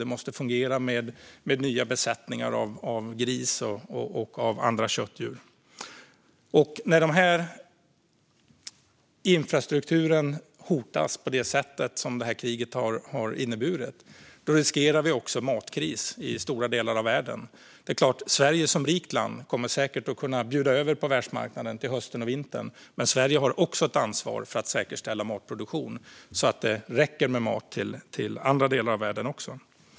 Det måste fungera med nya besättningar av gris och andra köttdjur. När denna infrastruktur hotas på det sätt som kriget har inneburit riskerar vi också matkris i stora delar av världen. Sverige som rikt land kommer säkert att kunna bjuda över på världsmarknaden till hösten och vintern, men Sverige har också ett ansvar för att säkerställa matproduktion så att maten räcker också till andra delar av världen.